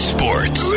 Sports